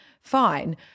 fine